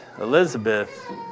Elizabeth